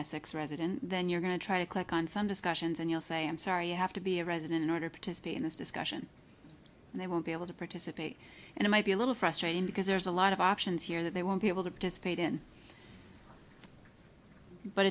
essex resident then you're going to try to click on some discussions and you'll say i'm sorry you have to be a resident in order participate in this discussion and they won't be able to participate and it might be a little frustrating because there's a lot of options here that they won't be able to participate in but